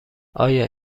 آیا